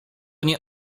nie